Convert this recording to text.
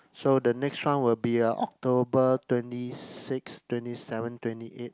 so the next round will be uh October twenty six twenty seven twenty eight